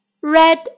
Red